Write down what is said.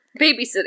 babysitting